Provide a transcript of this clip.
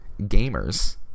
Gamers